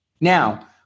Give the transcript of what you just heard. Now